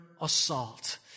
assault